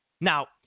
Now